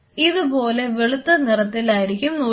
ഇതുപോലെ വെളുത്ത നിറത്തിലായിരിക്കും നൂലുകൾ